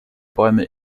bäume